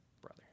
brother